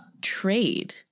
trade